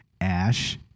Ash